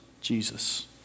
Jesus